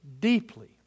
deeply